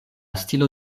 stilo